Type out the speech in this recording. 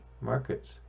markets